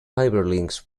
hyperlinks